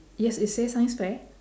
yes it say science fair